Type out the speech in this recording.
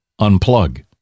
unplug